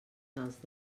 dels